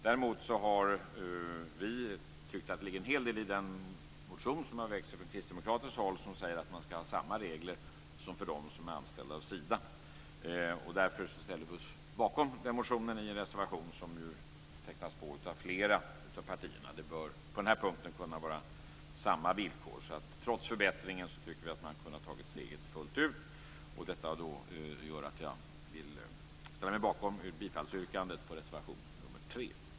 Däremot har vi tyckt att det ligger en hel del i den motion som har väckts av Kristdemokraterna som säger att man ska ha samma regler som för dem som är anställda av Sida. Därför ställer vi oss bakom den motionen i en reservation som skrivits under av flera partier. Det bör kunna vara samma villkor på den här punkten. Trots förbättringen, tycker vi att man kunde ha tagit steget fullt ut. Detta gör att jag vill ställa mig bakom bifallsyrkandet till reservation nr 3.